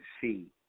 see